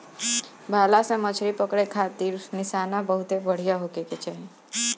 भाला से मछरी पकड़े खारित निशाना बहुते बढ़िया होखे के चाही